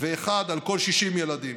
1, על כל 60 ילדים.